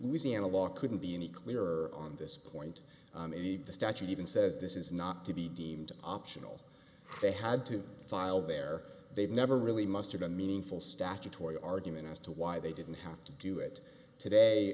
louisiana law couldn't be any clearer on this point the statute even says this is not to be deemed optional they had to file their they've never really mustered a meaningful statutory argument as to why they didn't have to do it today